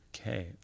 Okay